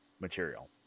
material